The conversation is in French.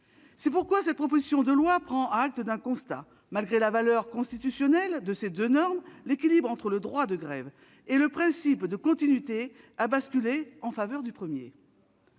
C'est pourquoi cette proposition de loi prend acte d'un constat : malgré la valeur constitutionnelle de ces deux normes, l'équilibre entre le droit de grève et le principe de continuité a basculé en faveur du premier.